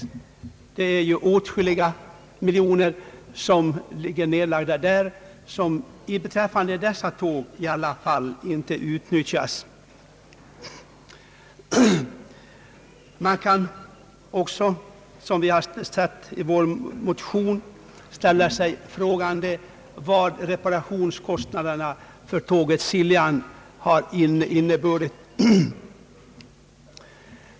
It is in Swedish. Åtskilliga miljoner är nedlagda här, som i varje fall beträffande dessa tåg inte utnyttjas. Man kan också, som vi har sagt i vår motion, fråga sig hur stora reparationskostnaderna har varit för tåget Siljan.